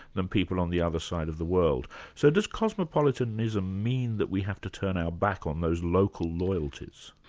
than people on the other side of the world. so does cosmopolitanism cosmopolitanism mean that we have to turn our back on those local loyalties?